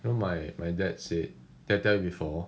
you know my my dad said did I tell you before